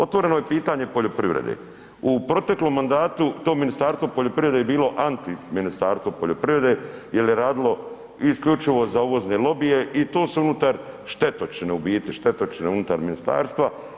Otvoreno je pitanje poljoprivrede, u proteklom mandatu to Ministarstvo poljoprivrede je bilo anti Ministarstvo poljoprivrede jer je radilo isključivo za uvozne lobije i tu su unutar štetočine u biti, štetočine unutar ministarstva.